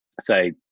say